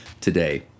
Today